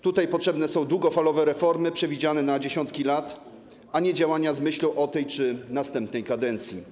Tutaj potrzebne są długofalowe reformy przewidziane na dziesiątki lat, a nie działania z myślą o tej czy następnej kadencji.